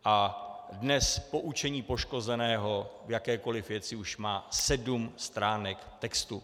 A dnes poučení poškozeného v jakékoli věci už má sedm stránek textu.